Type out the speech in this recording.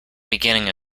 beginning